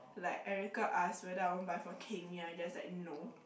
like Erica asked whether I want buy for Keng-Yi I just like no